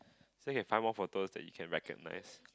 so you can find more photos that you can recognise